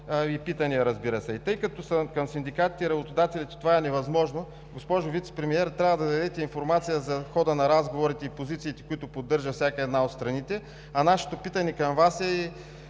и питания, разбира се. И тъй като към синдикатите и работодателите това е невъзможно, госпожо Вицепремиер, трябва да дадете информация за хода на разговорите и позициите, които поддържа всяка една от страните. А нашето питане към Вас е: